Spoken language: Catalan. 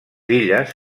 illes